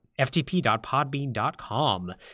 ftp.podbean.com